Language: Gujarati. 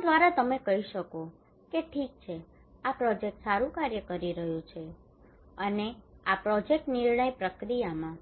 જેના દ્વારા તમે કહી શકો છો કે ઠીક છે કે આ પ્રોજેક્ટ સારું કાર્ય કરી રહ્યું છે અને આ પ્રોજેક્ટ નિર્ણય પ્રક્રિયામાં